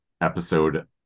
episode